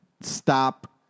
stop